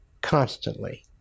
constantly